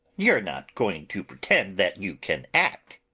you're not going to pretend that you can act?